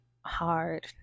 hard